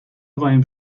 قایم